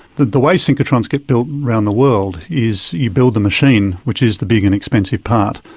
the the way synchrotrons get built around the world is you build the machine which is the big and expensive part,